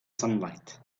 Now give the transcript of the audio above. sunlight